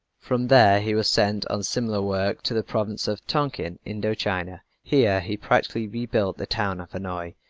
from there he was sent on similar work to the province of tonkin, indo-china. here he practically rebuilt the town of hanoi,